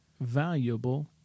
valuable